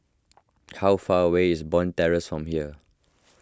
how far away is Bond Terrace from here